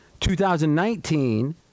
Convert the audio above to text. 2019